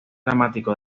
dramático